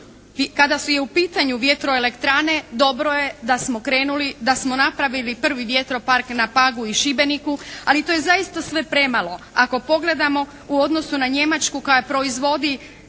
Kada su u pitanju vjetroelektrane dobro je da smo krenuli, da smo napravili prvi vjetropark na Pagu i Šibeniku, ali to je zaista sve premalo ako pogledamo u odnosu na Njemačku koja proizvodi,